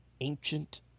ancient